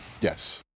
yes